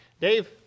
Dave